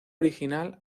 original